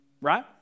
right